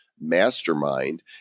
mastermind